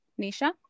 Nisha